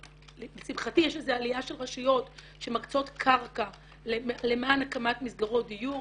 לשמחתי יש איזה עלייה של רשויות שמקצות קרקע למען הקמת מסגרות דיור.